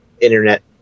internet